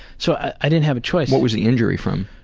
so i didn't have a choice. what was the injury from?